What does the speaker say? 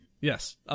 Yes